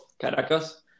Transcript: Caracas